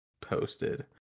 posted